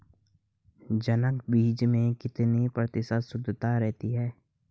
जनक बीज में कितने प्रतिशत शुद्धता रहती है?